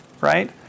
right